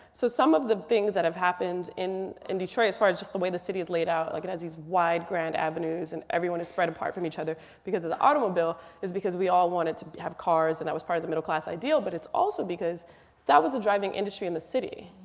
so some of the things that have happened in in detroit as far as just the way the city is laid out. like it has these wide grand avenues and everyone is spread apart from each other because of the automobile. because we all wanted to have cars and that was part of the middle class ideal. but it's also because that was the driving industry in the city.